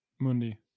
Mundi